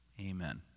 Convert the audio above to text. Amen